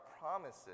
promises